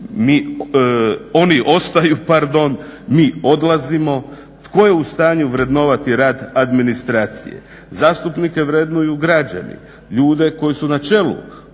oni ostaju, mi odlazimo. Tko je u stanju vrednovati rad administracije? Zastupnike vrednuju građani, ljude koji su na čelu